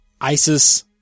isis